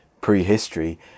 prehistory